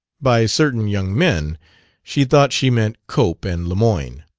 by certain young men she thought she meant cope and lemoyne.